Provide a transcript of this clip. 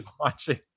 watching